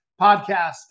podcast